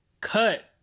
cut